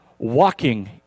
walking